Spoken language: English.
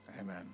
amen